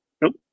Nope